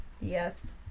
Yes